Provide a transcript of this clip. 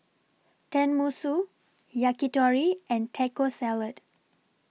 Tenmusu Yakitori and Taco Salad